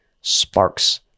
sparks